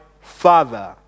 father